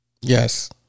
yes